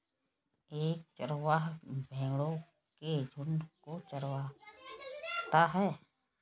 एक चरवाहा भेड़ो के झुंड को चरवाता है